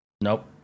Nope